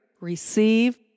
receive